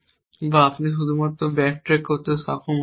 বা আপনি শুধুমাত্র ব্যাকট্র্যাক করতে সক্ষম হতে পারেন